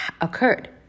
occurred